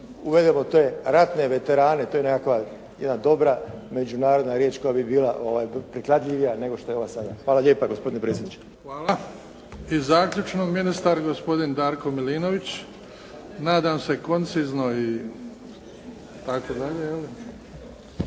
uvedemo te ratne veterane. To je nekakva, jedna dobra međunarodna riječ koja bi bila prikladljivija nego što je ova sada. Hvala lijepa gospodine predsjedniče. **Bebić, Luka (HDZ)** Hvala. I zaključno, ministar gospodin Darko Milinović. Nadam se koncizno itd. je